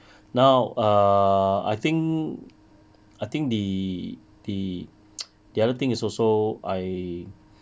now err I think I think the the the other thing is also I